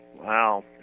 wow